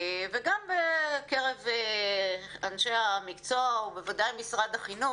וגם בקרב אנשי המקצוע ובוודאי משרד החינוך,